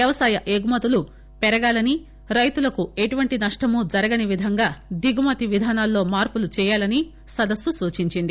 వ్యవసాయ ఎగుమతులు పెరగాలని రైతులకు ఎటువంటి నష్టం జరగని విధంగా దిగుమతి విధానాల్లో మార్పులు చేయాలని సదస్సు సూచించింది